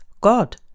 God